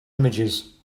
images